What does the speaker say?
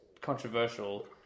controversial